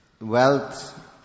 wealth